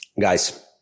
guys